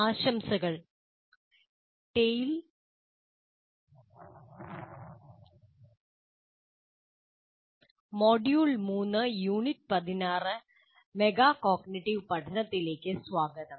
ആശംസകൾ TALE module 3 unit 16മെറ്റാകോഗ്നിറ്റീവ് പഠനത്തിലേക്ക് സ്വാഗതം